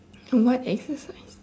a what exercise